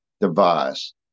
device